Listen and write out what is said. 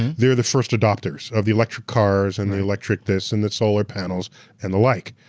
they're the first adopters of the electric cars and the electric this and the solar panels and the like.